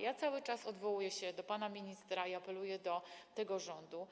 Ja cały czas odwołuję się do pana ministra i apeluję do tego rządu,